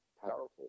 powerful